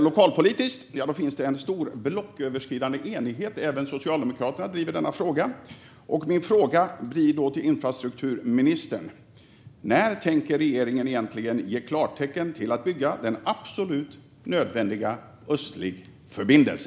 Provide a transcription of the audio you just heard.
Lokalpolitiskt råder stor blocköverskridande enighet; även Socialdemokraterna driver denna fråga. Min fråga till infrastrukturministern blir: När tänker regeringen egentligen ge klartecken till att bygga den absolut nödvändiga Östlig förbindelse?